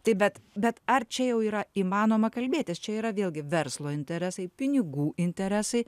tai bet bet ar čia jau yra įmanoma kalbėtis čia yra vėlgi verslo interesai pinigų interesai